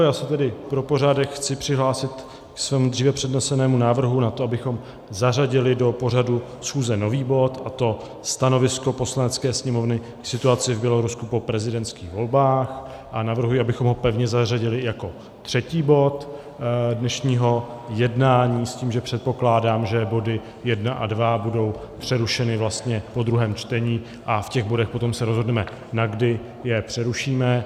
Já se tedy pro pořádek chci přihlásit k svému dříve přednesenému návrhu na to, abychom zařadili do pořadu schůze nový bod, a to Stanovisko Poslanecké sněmovny k situaci v Bělorusku po prezidentských volbách, a navrhuji, abychom ho pevně zařadili jako třetí bod dnešního jednání s tím, že předpokládám, že body 1 a 2 budou přerušeny vlastně po druhém čtení, a v těch bodech potom se rozhodneme, na kdy je přerušíme.